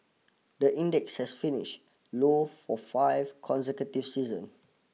the index has finished low for five consecutive session